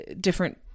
different